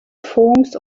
forms